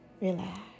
Relax